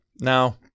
Now